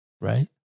Right